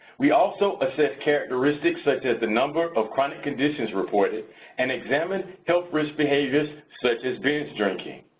we also assessed characteristic such as the number of chronic conditions reported and examined health risk behaviors such as binge drinking.